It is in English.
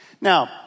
Now